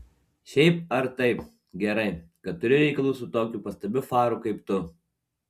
šiaip ar taip gerai kai turi reikalų su tokiu pastabiu faru kaip tu